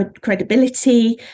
credibility